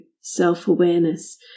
self-awareness